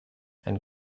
and